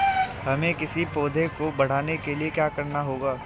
हमें किसी पौधे को बढ़ाने के लिये क्या करना होगा?